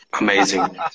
Amazing